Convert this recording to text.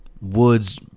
Woods